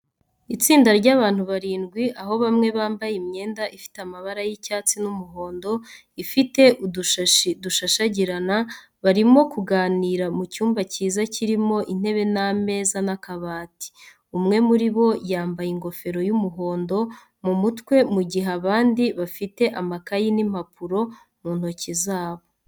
Itsinda ry'abantu barindwi, aho bamwe bambaye imyenda ifite amabara y'icyatsi n'umuhondo ifite udushashi dushashagirana, barimo kuganira mu cyumba cyiza kirimo intebe n’ameza n'akabati. Umwe muri bo yambaye ingofero y'umuhondo mu mutwe mu gihe abandi bafite amakayi n'impapuro mu ntoki zabo.